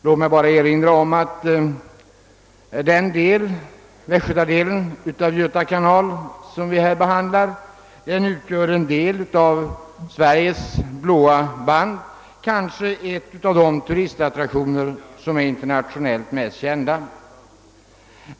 Låt mig bara erinra om att västgötadelen av Göta kanal är en del av Sveriges blåa band, kanske en av de turistattraktioner som är internationellt mest kända.